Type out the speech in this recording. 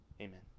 amen